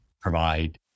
provide